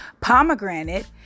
pomegranate